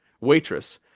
Waitress